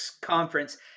conference